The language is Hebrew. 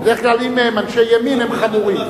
בדרך כלל אם הם אנשי ימין הם חמורים.